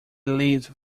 lived